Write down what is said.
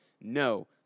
no